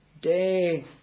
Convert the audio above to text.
Day